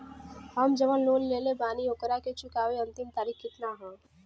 हम जवन लोन लेले बानी ओकरा के चुकावे अंतिम तारीख कितना हैं?